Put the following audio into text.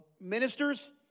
ministers